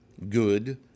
Good